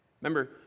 Remember